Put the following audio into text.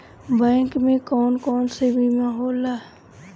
Bank में कौन कौन से बीमा होला?